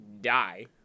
die